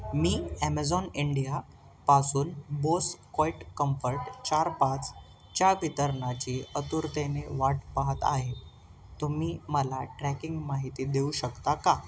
मी Amazon इंडियापासून Bose quiet comfort चार पाचच्या वितरणाची अतुरतेने वाट पाहात आहे तुम्ही मला ट्रॅकिंग माहिती देऊ शकता का